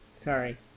sorry